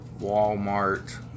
walmart